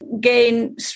gain